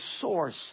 source